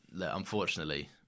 unfortunately